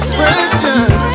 precious